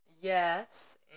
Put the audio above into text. yes